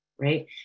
right